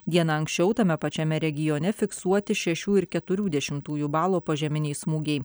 diena anksčiau tame pačiame regione fiksuoti šešių ir keturių dešimtųjų balo požeminiai smūgiai